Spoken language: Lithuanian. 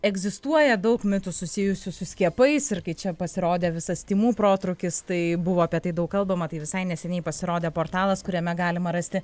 egzistuoja daug mitų susijusių su skiepais ir kai čia pasirodė visas tymų protrūkis tai buvo apie tai daug kalbama tai visai neseniai pasirodė portalas kuriame galima rasti